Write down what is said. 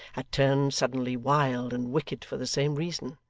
had turned suddenly wild and wicked for the same reason,